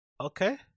okay